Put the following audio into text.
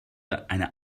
eine